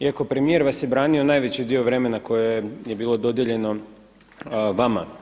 Iako premijer vas je branio najveći dio vremena koje je bilo dodijeljeno vama.